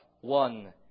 one